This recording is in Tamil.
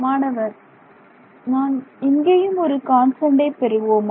மாணவர் நாம் இங்கேயும் ஒரு கான்ஸ்டன்டை பெறுவோமா